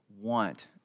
want